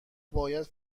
باید